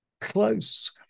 close